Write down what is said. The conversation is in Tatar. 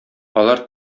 алар